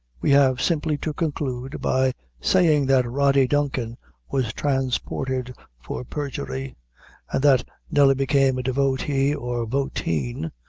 we have simply to conclude by saying that rody duncan was transported for perjury and that nelly became devotee, or voteen,